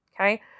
Okay